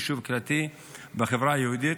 יישוב קהילתי בחברה היהודית,